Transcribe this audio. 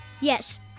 Yes